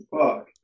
fuck